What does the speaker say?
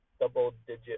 double-digit